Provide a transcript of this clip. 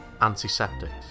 antiseptics